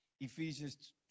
Ephesians